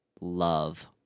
love